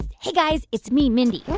hey, guys. it's me, mindy.